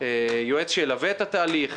יועץ שילווה את התהליך,